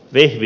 vihti